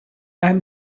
and